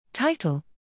Title